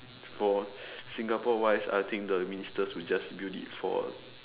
for Singapore wise I think the ministers will just build it for